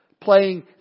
playing